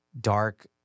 dark